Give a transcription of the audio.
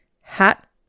Hat